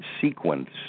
sequence